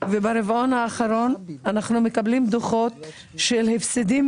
וברבעון האחרון אנחנו מקבלים דוחות של הפסדים